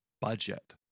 budget